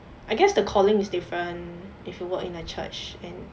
I guess the calling is different if you work in a church and